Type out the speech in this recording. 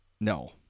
No